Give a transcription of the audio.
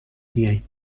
بیاین